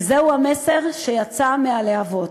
וזה המסר שיצא מהלהבות.